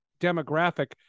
demographic